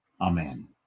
amen